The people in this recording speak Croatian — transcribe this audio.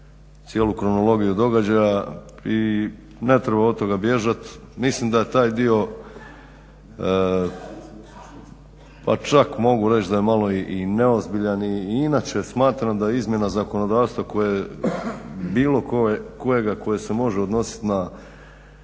cijelu kronologiju događaja i ne treba od toga bježat. Mislim da taj dio pa čak mogu reći da je malo i neozbiljan i inače smatram da je izmjena zakonodavstva bilo kojega koje se može odnosit na